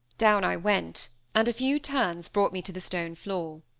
down i went, and a few turns brought me to the stone floor.